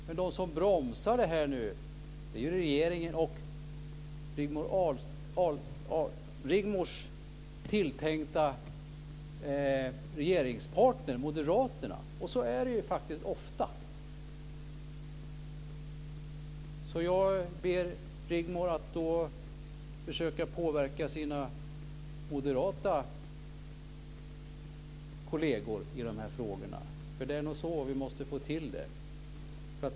Men de som bromsar är regeringen och Rigmor Stenmarks tilltänkta regeringspartner moderaterna. Så är det ofta. Jag ber Rigmor Stenmark att försöka påverka sina moderata kolleger i de här frågorna, för det är nog så vi måste få till det.